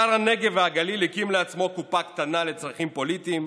שר הנגב והגליל הקים לעצמו קופה קטנה לצרכים פוליטיים,